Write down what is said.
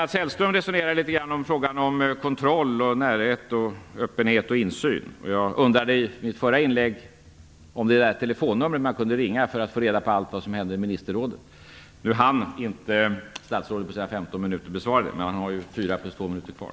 Mats Hellström resonerade litet grand kring frågan om kontroll, närhet, öppenhet och insyn. Jag undrade i mitt förra inlägg om det telefonnummer man kunde ringa för att få reda på allt som hände i Ministerrådet. Nu hann inte statsrådet på sina 15 minuter besvara den frågan. Men han har ju 4 plus 2 minuter kvar.